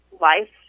life